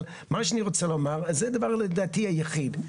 אבל מה שאני רוצה לומר, זה הדבר לדעתי היחיד.